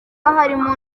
harimo